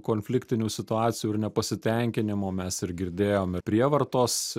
konfliktinių situacijų ir nepasitenkinimo mes ir girdėjom prievartos